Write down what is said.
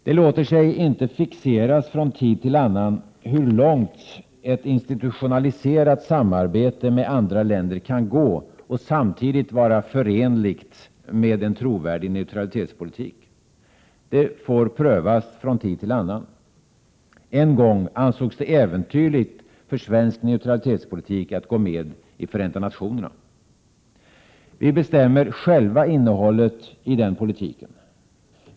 Det låter sig inte fixeras hur långt ett institutionaliserat samarbete med andra länder kan gå och samtidigt vara förenligt med en trovärdig neutralitetspolitik. Det får prövas från tid till annan. En gång ansågs det äventyrligt för Sverige att gå med i FN. Vi bestämmer själva innehållet i vår neutralitetspolitik.